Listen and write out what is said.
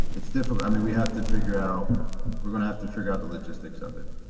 it's difficult. i mean we have to figure out we're going to have to figure out the logistics of it,